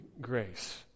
grace